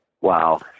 Wow